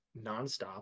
nonstop